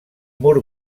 mur